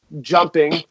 jumping